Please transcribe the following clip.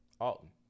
Alton